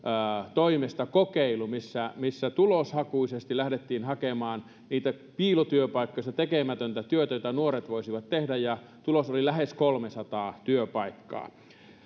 toimesta kokeilu missä missä tuloshakuisesti lähdettiin hakemaan niitä piilotyöpaikkoja sitä tekemätöntä työtä jota nuoret voisivat tehdä ja tulos oli lähes kolmesataa työpaikkaa